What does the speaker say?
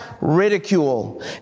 ridicule